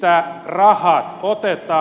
mistä rahat otetaan